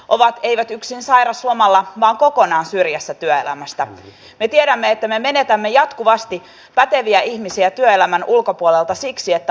omat eivät yksin sairauslomalla vaan kokonaan syrjässä työelämästä tiedämme että me menetämme jatkuvasti päteviä ihmisiä työelämän ulkopuolelta siksi että